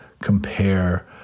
compare